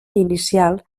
inicial